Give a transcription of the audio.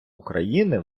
україни